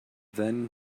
then